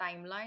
timeline